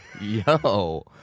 Yo